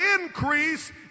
increase